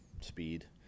speed